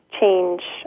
change